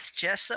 Jessup